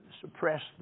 suppress